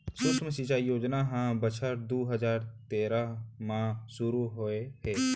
सुक्ष्म सिंचई योजना ह बछर दू हजार तेरा म सुरू होए हे